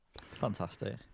Fantastic